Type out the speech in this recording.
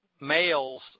males